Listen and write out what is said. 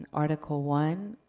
article one,